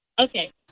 Okay